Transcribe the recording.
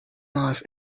life